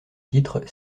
titre